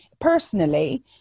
personally